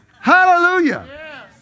Hallelujah